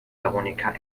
veronika